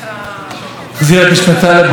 באמת, זה בהחלט מעיב על יום החג.